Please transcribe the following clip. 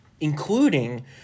including